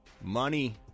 Money